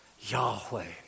Yahweh